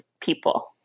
people